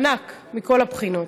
ענק, מכל הבחינות.